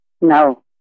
No